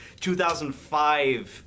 2005